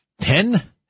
Ten